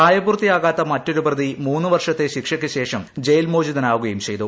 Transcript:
പ്രായപൂർത്തിയാകാത്ത മറ്റൊരു പ്രതി മൂന്ന് വർഷത്തെ ശിക്ഷയ്ക്കു ശേഷം ജയിൽ മോചിതനാവുകയും ചെയ്തു